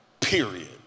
period